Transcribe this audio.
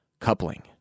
coupling